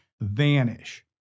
vanish